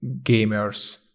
gamers